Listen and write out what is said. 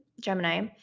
Gemini